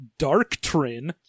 Darktrin